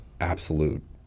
absolute